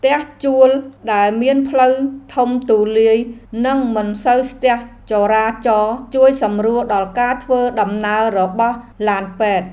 ផ្ទះជួលដែលមានផ្លូវធំទូលាយនិងមិនសូវស្ទះចរាចរណ៍ជួយសម្រួលដល់ការធ្វើដំណើររបស់ឡានពេទ្យ។